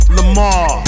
Lamar